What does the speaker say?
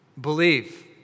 Believe